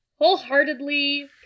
Wholeheartedly